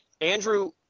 Andrew –